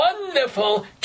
wonderful